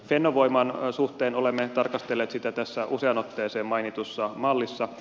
fennovoiman suhteen olemme tarkastelleet sitä tässä useaan otteeseen mainitussa mallissa